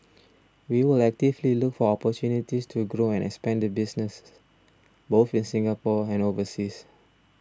we will actively look for opportunities to grow and expand the business both in Singapore and overseas